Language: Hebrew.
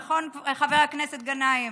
נכון, חבר הכנסת גנאים?